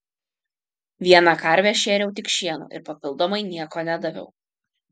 vieną karvę šėriau tik šienu ir papildomai nieko nedaviau